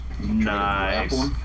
Nice